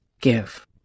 Give